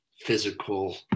physical